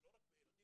לא רק בילדים,